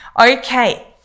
Okay